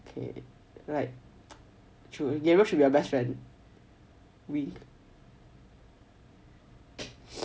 okay right true you ever feed your best friend